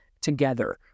together